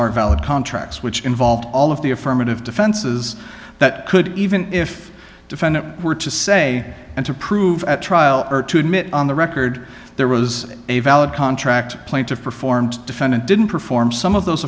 are valid contracts which involve all of the affirmative defenses that could even if defendant were to say and to prove at trial or to admit on the record there was a valid contract plaintiff performed defendant didn't perform some of those